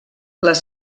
les